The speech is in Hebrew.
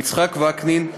יצחק וקנין,